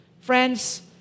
Friends